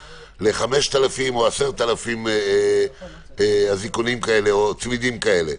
ל-5,000 או 10,000 אזיקונים כאלה או צמידים כאלה.